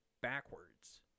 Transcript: backwards